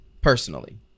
personally